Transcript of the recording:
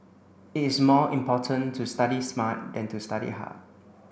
it is more important to study smart than to study hard